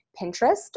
Pinterest